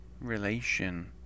Relation